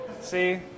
see